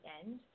end